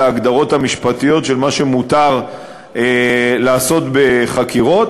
ההגדרות המשפטיות של מה שמותר לעשות בחקירות,